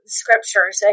scriptures